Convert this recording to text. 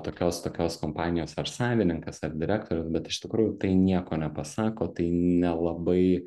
tokios tokios kompanijos ar savininkas ar direktorius bet iš tikrųjų tai nieko nepasako tai nelabai